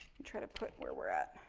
try to put where we're at.